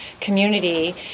community